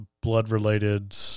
blood-related